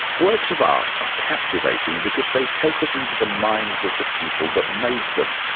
works of art are captivating because they take us into the minds of the people that made them.